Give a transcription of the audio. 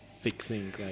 fixing